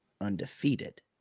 undefeated